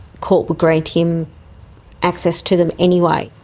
court would grant him access to them anyway.